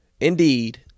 Indeed